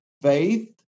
faith